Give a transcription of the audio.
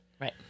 Right